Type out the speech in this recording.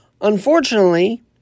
Unfortunately